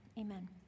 amen